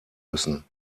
müssen